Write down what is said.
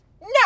No